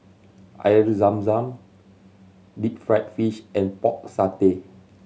Air Zam Zam deep fried fish and Pork Satay